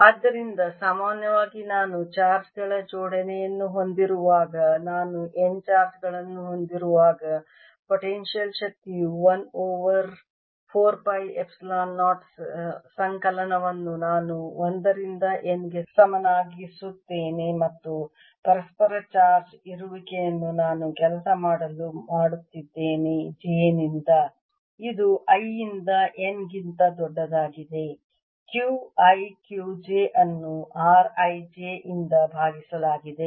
ಆದ್ದರಿಂದ ಸಾಮಾನ್ಯವಾಗಿ ನಾನು ಚಾರ್ಜ್ ಗಳ ಜೋಡಣೆಯನ್ನು ಹೊಂದಿರುವಾಗ ನಾನು N ಚಾರ್ಜ್ ಗಳನ್ನು ಹೊಂದಿರುವಾಗ ಪೊಟೆನ್ಶಿಯಲ್ ಶಕ್ತಿಯು 1 ಓವರ್ ಗೆ 4 ಪೈ ಎಪ್ಸಿಲಾನ್ 0 ಸಂಕಲನವನ್ನು ನಾನು 1 ರಿಂದ N ಗೆ ಸಮನಾಗಿರುತ್ತದೆ ಮತ್ತು ಪರಸ್ಪರ ಚಾರ್ಜ್ ಇರುವಿಕೆಯನ್ನು ನಾನು ಕೆಲಸ ಮಾಡಲು ಮಾಡುತ್ತಿದ್ದೇನೆ j ನಿಂದ ಇದು i ಇಂದ N ಗಿಂತ ದೊಡ್ಡದಾಗಿದೆ Q i Q j ಅನ್ನು r i j ನಿಂದ ಭಾಗಿಸಲಾಗಿದೆ